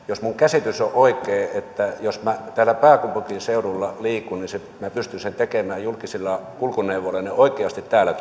jos minun käsitykseni on oikea että jos minä täällä pääkaupunkiseudulla liikun niin minä pystyn sen tekemään julkisilla kulkuneuvoilla ja ne oikeasti täällä